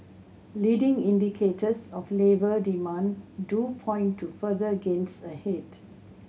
leading indicators of labour demand do point to further gains ahead